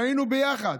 שהיינו ביחד,